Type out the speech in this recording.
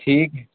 ٹھیک ہے